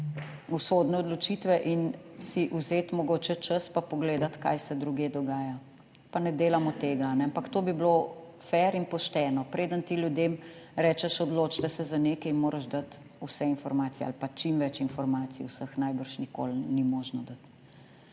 usodne odločitve in si vzeti mogoče čas, pa pogledati, kaj se drugje dogaja, pa ne delamo tega, ampak to bi bilo fer in pošteno. Preden ti ljudem rečeš, odločite se za nekaj, moraš dati vse informacije ali pa čim več informacij, vseh najbrž nikoli ni možno dati.